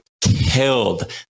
killed